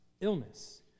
illness